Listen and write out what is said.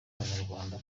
abanyarwanda